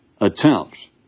attempts